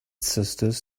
sisters